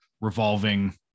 revolving